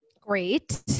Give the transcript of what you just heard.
Great